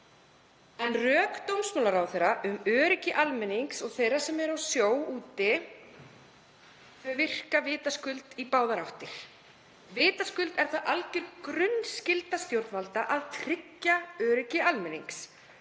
En rök dómsmálaráðherra um öryggi almennings og þeirra sem eru á sjó úti virka vitaskuld í báðar áttir. Vitaskuld er það alger grunnskylda stjórnvalda að tryggja öryggi almennings,